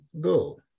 go